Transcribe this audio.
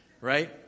right